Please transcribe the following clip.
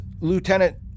Lieutenant